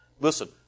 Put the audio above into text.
Listen